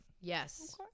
yes